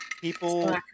people